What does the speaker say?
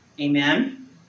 Amen